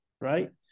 right